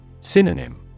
Synonym